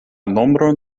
nombron